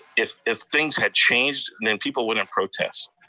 if if things had changed, then people wouldn't protest.